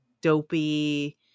dopey